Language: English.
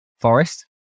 Forest